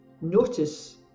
notice